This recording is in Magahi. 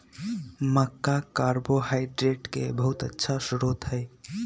मक्का कार्बोहाइड्रेट के बहुत अच्छा स्रोत हई